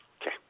Okay